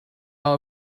out